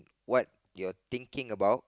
what you thinking about